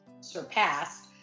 surpassed